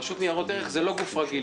רשות ניירות ערך זה לא גוף רגיל.